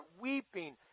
weeping